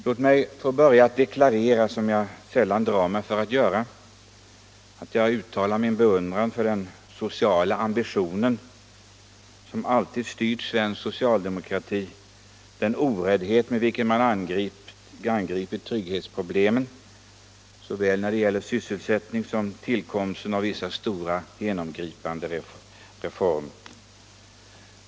Låt mig börja med att deklarera - som jag sällan drar mig för att göra — att jag uttalar min beundran för den sociala ambition som alltid styrt svensk socialdemokrati, den oräddhet med vilken man angripit trygghetsproblemen när det gäller såväl sysselsättningen som tillkomsten av vissa stora genomgripande reformer.